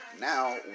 now